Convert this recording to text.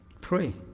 Pray